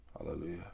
Hallelujah